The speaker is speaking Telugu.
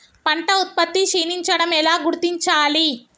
పంట ఉత్పత్తి క్షీణించడం ఎలా గుర్తించాలి?